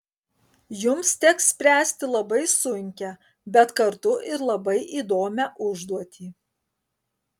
jums teks spręsti labai sunkią bet kartu ir labai įdomią užduotį